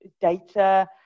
data